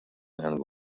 and